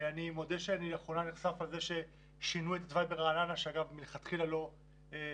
אני מודה ששינו את התוואי ברעננה שמלכתחילה לא תואם